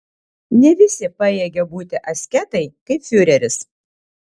ne visi pajėgia būti asketai kaip fiureris